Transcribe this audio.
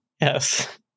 Yes